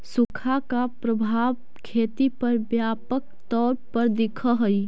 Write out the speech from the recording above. सुखा का प्रभाव खेती पर व्यापक तौर पर दिखअ हई